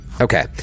Okay